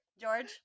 George